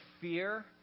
fear